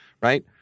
right